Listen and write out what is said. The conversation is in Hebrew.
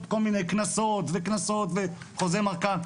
כל מיני עם קנסות וקנסות וחוזה מנכ"ל.